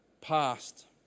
Past